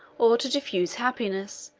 or to diffuse happiness,